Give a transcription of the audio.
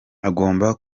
agomba